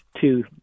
two